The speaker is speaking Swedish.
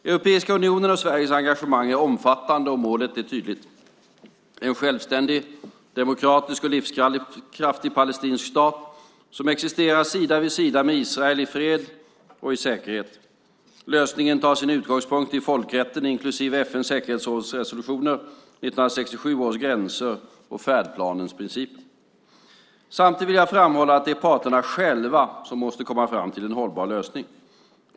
Europeiska unionens och Sveriges engagemang är omfattande och målet är tydligt: En självständig, demokratisk och livskraftig palestinsk stat som existerar sida vid sida med Israel i fred och säkerhet. Lösningen tar sin utgångspunkt i folkrätten, inklusive FN:s säkerhetsråds resolutioner, 1967 års gränser och färdplanens principer. Samtidigt vill jag framhålla att det är parterna själva som måste komma fram till en hållbar lösning.